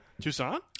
Tucson